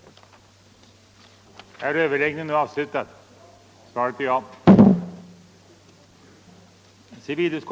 gav följande resultat: ning gav följande resultat: